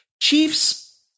Chiefs